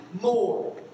more